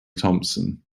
thompson